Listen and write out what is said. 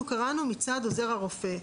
אנחנו קראנו מצד עוזר הרופא.